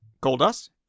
Goldust